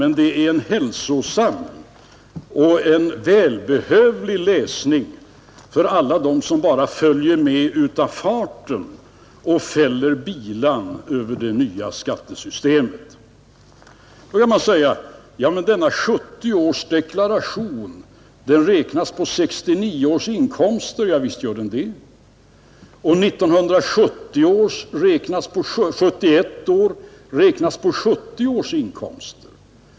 Men det är en hälsosam och välbehövlig läsning för alla som bara följer med av farten och fäller bilan Då kanske man säger att 1970 års deklaration bygger på 1969 års inkomster. Javisst gör den det. 1971 års deklaration räknas på 1970 års inkomster.